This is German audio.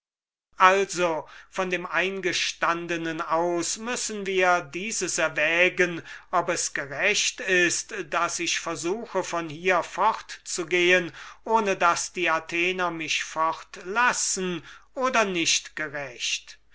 also von dem eingestandenen aus müssen wir dieses erwägen ob es gerecht ist daß ich versuche von hier fortzugehen ohne daß die athener mich fortlassen oder nicht gerecht